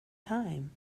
time